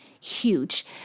huge